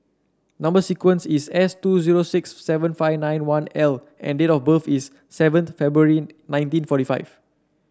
number sequence is S two zero six seven five nine one L and date of birth is seven February nineteen forty five